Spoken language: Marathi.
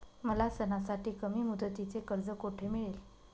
मला सणासाठी कमी मुदतीचे कर्ज कोठे मिळेल?